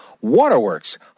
Waterworks